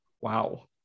wow